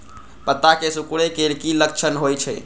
पत्ता के सिकुड़े के की लक्षण होइ छइ?